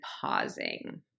pausing